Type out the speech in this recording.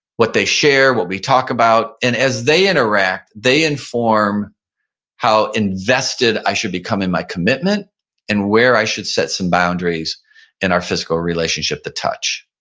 what they share, what we talk about. and as they interact, they inform how invested i should become in my commitment and where i should set some boundaries and our physical relationship to touch